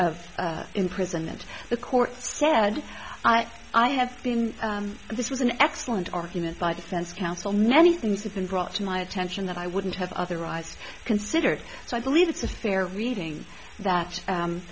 of imprisonment the court said i have been this was an excellent argument by defense counsel now the things have been brought to my attention that i wouldn't have otherwise considered so i believe it's a fair reading that